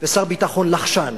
ושר ביטחון לחשן,